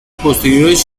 posteriores